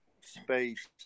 space